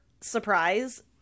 surprise